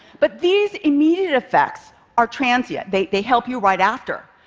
but these immediate effects are transient, they help you right after.